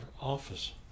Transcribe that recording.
office